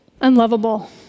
unlovable